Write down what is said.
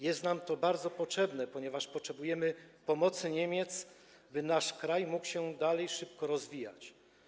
Jest nam to bardzo potrzebne, ponieważ potrzebujemy pomocy Niemiec, by nasz kraj dalej mógł się szybko rozwijać.